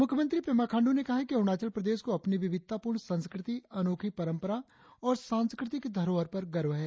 मुख्यमंत्री पेमा खांडू ने कहा है कि अरुणाचल प्रदेश को अपनी विविधतापूर्ण संस्कृति अनोखी परंपरा और सांस्कृतिक धरोहर पर गर्व है